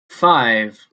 five